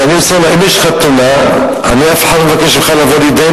אם יש לך תלונה, אף אחד לא ביקש ממך לבוא להתדיין